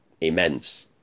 immense